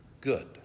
good